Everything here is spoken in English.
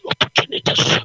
opportunities